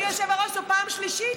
אבל אדוני היושב-ראש, זו פעם שלישית.